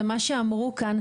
ומה שאמרו כאן,